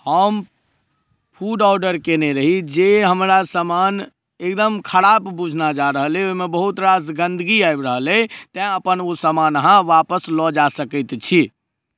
हम food order कैने रही जे हमरा समान एकदम खराब बुझना जा रहल अहि ओहिमे एकदम बहुत रास गन्दगी आबि रहल अहि तैॅं अपन ओ समान अहाँ वापस लऽ जा सकैत छी